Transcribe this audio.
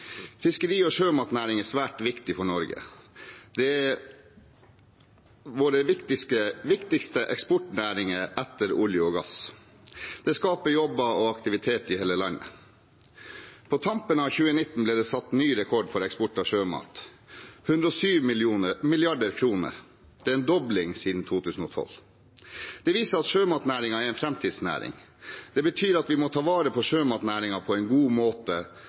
Fiskeri- og sjømatnæringen er svært viktig for Norge. De er våre viktigste eksportnæringer etter olje og gass. De skaper jobber og aktivitet i hele landet. På tampen av 2019 ble det satt ny rekord for eksport av sjømat – 107 mrd. kr. Det er en dobling siden 2012. Det viser at sjømatnæringen er en framtidsnæring. Det betyr at vi må ta vare på sjømatnæringen på en god måte